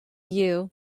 you